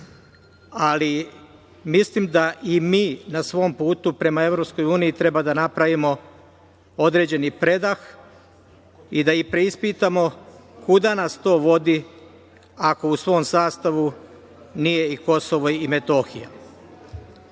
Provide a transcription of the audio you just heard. ali mislim da i mi na svom putu prema EU treba da napravimo određeni predah i da preispitamo kuda nas to vodi ako u svom sastavu nije i Kosovo i Metohija. Drugo,